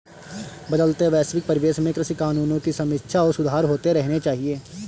बदलते वैश्विक परिवेश में कृषि कानूनों की समीक्षा और सुधार होते रहने चाहिए